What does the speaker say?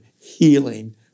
healing